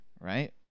Right